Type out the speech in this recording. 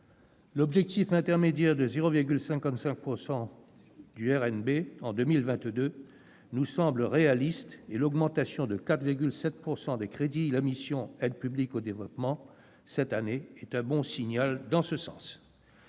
L'objectif intermédiaire de 0,55 % du RNB en 2022 nous semble réaliste, et l'augmentation de 4,7 % des crédits de la mission « Aide publique au développement » cette année, est un bon signal dans ce sens.